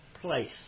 place